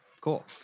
Cool